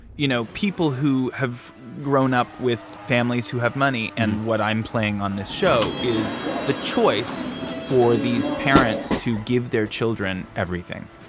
you know, people who have grown up with families who have money and what i'm playing on this show is the choice for these parents to give their children everything.